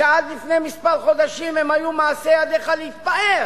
עד לפני כמה חודשים הם היו מעשה ידיך להתפאר.